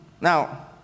Now